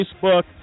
Facebook